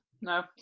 no